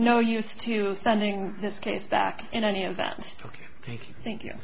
no use to sending this case back in any event ok thank you